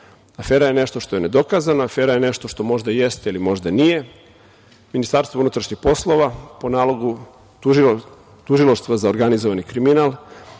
Afera je nešto što je nedokazano, afera je nešto što možda jeste ili možda nije. Ministarstvo unutrašnjih poslova, po nalogu Tužilaštva za organizovani kriminal,